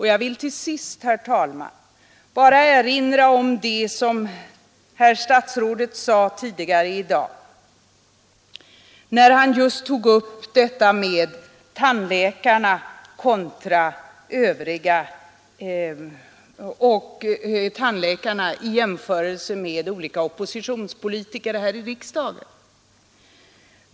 Jag vill till sist, herr talman, bara erinra om det som herr statsrådet sade tidigare i dag.